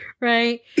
Right